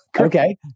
Okay